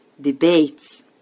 debates